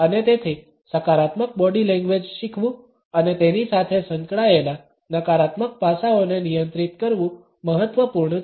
અને તેથી સકારાત્મક બોડી લેંગ્વેજ શીખવું અને તેની સાથે સંકળાયેલા નકારાત્મક પાસાઓને નિયંત્રિત કરવું મહત્વપૂર્ણ છે